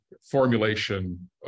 formulation